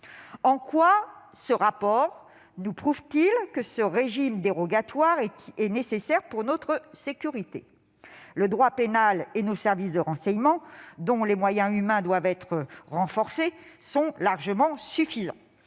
En quoi votre rapport nous prouve-t-il que ce régime dérogatoire est nécessaire pour notre sécurité ? Le droit pénal et nos services de renseignement, dont les moyens humains doivent être renforcés, sont largement suffisants